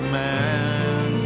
man